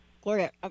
Gloria